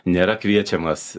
nėra kviečiamas